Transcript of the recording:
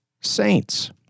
saints